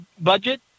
budget